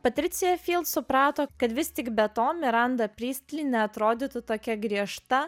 patricija vėl suprato kad vis tik be to miranda pristli neatrodytų tokia griežta